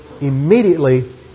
immediately